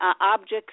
objects